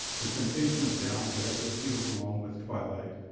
the temptation of doubt that ever steals along with twilight.